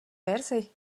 verzi